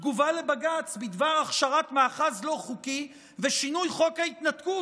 תגובה לבג"ץ בדבר הכשרת מאחז לא חוקי ושינוי חוק ההתנתקות